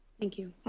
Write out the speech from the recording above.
thank you.